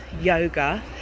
yoga